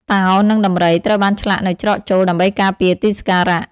តោ និង ដំរី ត្រូវបានឆ្លាក់នៅច្រកចូលដើម្បីការពារទីសក្ការៈ។